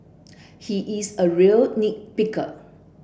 he is a real nit picker